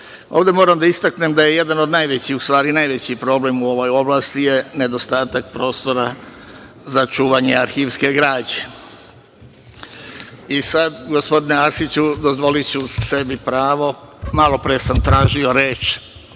moram da istaknem da je jedan od najvećih, u stvari najveći problem u ovoj oblasti je nedostatak prostora za čuvanje arhivske građe. Sada, gospodine Arsiću, dozvoliću sebi pravo, malopre sam tražio reč,